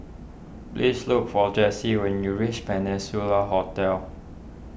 please look for Jessi when you reach Peninsula Hotel